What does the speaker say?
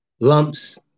lumps